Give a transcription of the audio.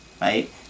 right